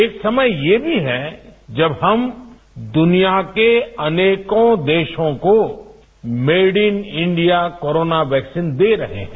एक समय ये भी है जब हम दुनिया के अनेकों देशों को made in India corona vaccines दे रहे हैं